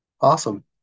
Awesome